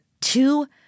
Two